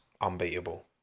unbeatable